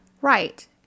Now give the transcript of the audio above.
right